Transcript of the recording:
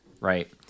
right